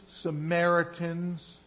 Samaritans